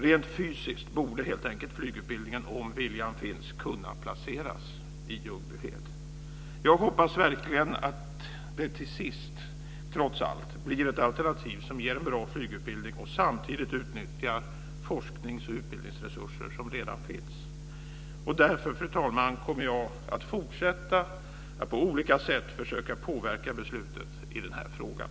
Rent fysiskt borde helt enkelt flygutbildningen, om viljan finns, kunna placeras i Ljungbyhed. Jag hoppas verkligen att det till sist, trots allt, blir ett alternativ som ger en bra flygutbildning och som samtidigt utnyttjar forsknings och utbildningsresurser som redan finns. Därför, fru talman, kommer jag att fortsätta att på olika sätt försöka påverka beslutet i den här frågan.